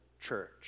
church